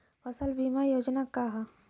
फसल बीमा योजना का ह?